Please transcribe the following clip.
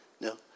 no